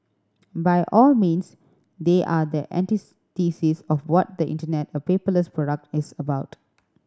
by all means they are the of what the Internet a paperless product is about